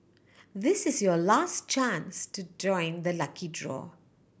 this is your last chance to join the lucky draw